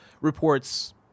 reports